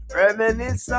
reminisce